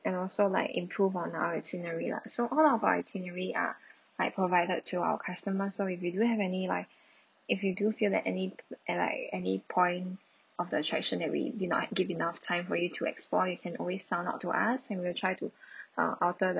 and also like improve on our itinerary lah so all of our itinerary are like provided to our customers so if you do have any like if you do feel that any like any point of the attraction that we do not give enough time for you to explore you can always sound out to us and we'll try to uh alter the